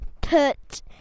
put